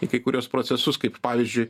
į kai kuriuos procesus kaip pavyzdžiui